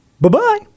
Bye-bye